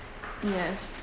yes